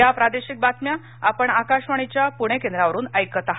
या प्रादेशिक बातम्या आपण आकाशवाणीच्या पुणे केंद्रावरुन ऐकत आहात